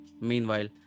Meanwhile